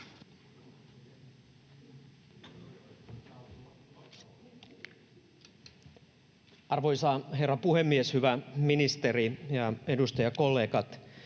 Arvoisa herra puhemies! Hyvä ministeri ja edustajakollegat